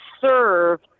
serve